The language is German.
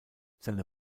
seine